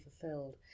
fulfilled